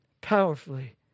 powerfully